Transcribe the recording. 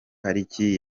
pariki